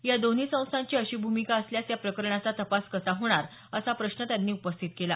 या दोन्ही संस्थांची अशी भूमिका असल्यास या प्रकरणाचा तपास कसा होणार असा प्रश्न त्यांनी उपस्थित केला